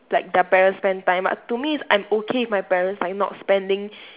like their parents spend time but to me it's I'm okay if my parents like not spending